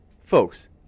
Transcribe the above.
folks